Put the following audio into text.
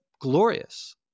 glorious